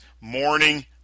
morning